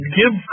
give